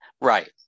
Right